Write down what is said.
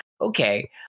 okay